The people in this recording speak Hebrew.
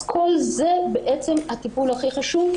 אז כל זה בעצם הטיפול הכי חשוב,